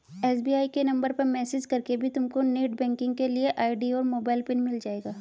SBI के नंबर पर मैसेज करके भी तुमको नेटबैंकिंग के लिए आई.डी और मोबाइल पिन मिल जाएगा